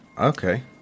Okay